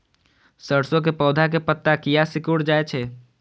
सरसों के पौधा के पत्ता किया सिकुड़ जाय छे?